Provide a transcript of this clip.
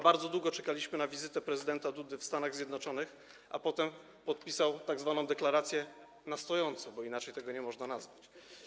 Bardzo długo czekaliśmy na wizytę prezydenta Dudy w Stanach Zjednoczonych, a potem podpisał on tzw. deklarację na stojąco, bo inaczej tego nie można nazwać.